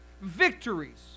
victories